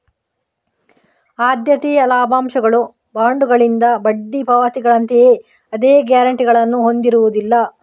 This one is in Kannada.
ಆದ್ಯತೆಯ ಲಾಭಾಂಶಗಳು ಬಾಂಡುಗಳಿಂದ ಬಡ್ಡಿ ಪಾವತಿಗಳಂತೆಯೇ ಅದೇ ಗ್ಯಾರಂಟಿಗಳನ್ನು ಹೊಂದಿರುವುದಿಲ್ಲ